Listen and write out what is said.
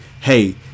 hey